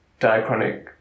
diachronic